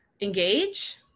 engage